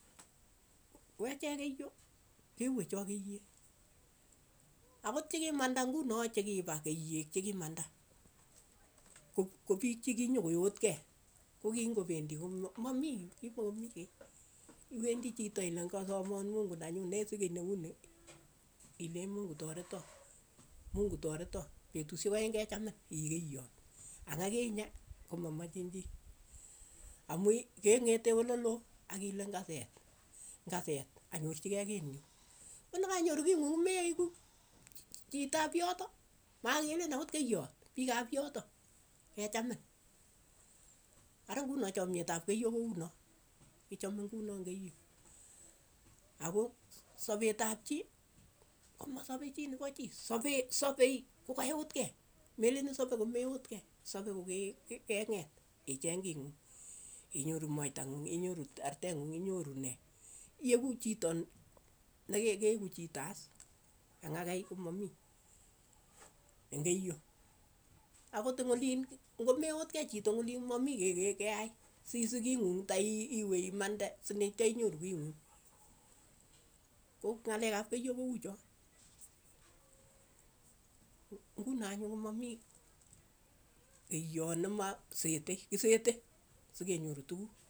We chek keiyo, keue choo keiyek, akot chi kimanda ng'uno che ki pa keiyek che ki manda ko- ko piik chikinyokoyoot kei, koking'opendi kom mamii kimokomii kei, iwendi chito ile ng'asaman mungu nenyu, nesich kiiy neuni ileechi mungu tareto, mungu tareto petushek aeng' kechamin ii keiyoot, ak akinye komamachin chii, amu keng'engetee oleloo akile ng'aseet, ng'aseet anyorchikei kiit nyu, konakainyoru kiit ng'ung komeiku chi- chi- chitap yotok, makelen ang'ot keiyot, piik ap yotok, kechamin, ara ng'uno chamet ap keiyo kounoo, kichamin kuno eng' keiyo, ako sapeet ap chii, komasepe chii nepo chii, sape sapei kokayoot kei, meleen isape komeyoot kei, isape koke ke- keng'eet icheeng kii ng'ung, inyoru mwaita ng'ung, inyoru ta- arteet ng'ung, inyoru nee, ieku chito ne ke- ke keeku chito as, ang' akai ko mamii eng' keiyo, akot eng' oliin ng'omeoot kei chito eng' olin komamii kei ke- ke keyai, sisiik kii ng'ung tai- i- iwe imande sineityo inyoru kii ng'ung, ko ng'alek ap keiyo ko uu choo, nguno anyun komamii keiyot nema seete, kisete, sekenyoru tukuuk.